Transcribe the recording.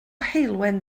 heulwen